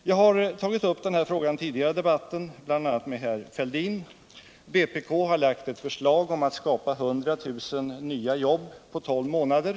Jag har tidigare i debatten tagit upp den här frågan, bl.a. med Thorbjörn Fälldin. Vpk har framlagt ett förslag om att skapa 100 000 nya jobb på 12 månader.